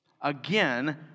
Again